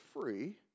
free